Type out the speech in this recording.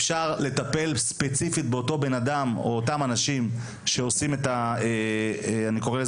אפשר לטפל ספציפית באותו אדם או אתם אנשים האלה שאני קורא להם